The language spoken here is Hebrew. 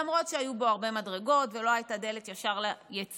למרות שהיו בו הרבה מדרגות ולא הייתה בו דלת ישר ליציאה,